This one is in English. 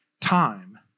time